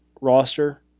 roster